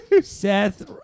Seth